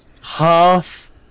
half